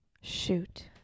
Shoot